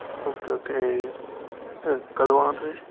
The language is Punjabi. ਓਕੇ ਓਕੇ ਕਦੋਂ ਆਉਣਾ ਤੁਸੀਂ